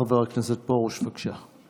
חבר הכנסת פרוש, בבקשה.